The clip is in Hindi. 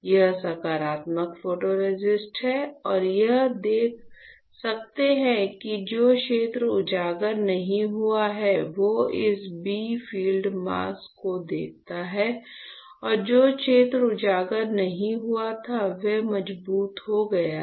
यह सकारात्मक फोटोरेसिस्ट है और यह देख सकते है कि जो क्षेत्र उजागर नहीं हुआ है वह इस b फील्ड मास्क को देखता है और जो क्षेत्र उजागर नहीं हुआ था वह मजबूत हो गया था